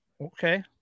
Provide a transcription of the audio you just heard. okay